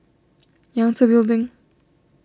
Yangtze Building